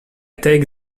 take